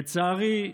לצערי,